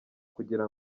kugira